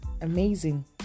amazing